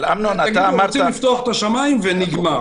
אז נפתח את השמיים ונגמר.